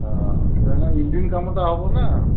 ହଁ ତେଣୁ ଇଞ୍ଜିନ୍ କାମଟା ହେବନା